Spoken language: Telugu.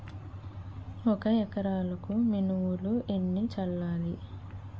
ఒక ఎకరాలకు మినువులు ఎన్ని చల్లాలి?